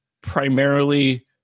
primarily